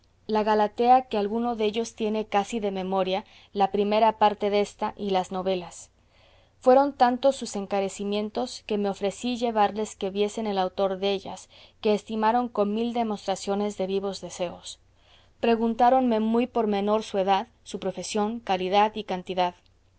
la galatea que alguno dellos tiene casi de memoria la primera parte désta y las novelas fueron tantos sus encarecimientos que me ofrecí llevarles que viesen el autor dellas que estimaron con mil demostraciones de vivos deseos preguntáronme muy por menor su edad su profesión calidad y cantidad